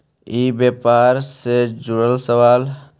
ई व्यापार से जुड़ल सवाल?